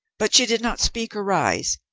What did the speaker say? but she did not speak or rise,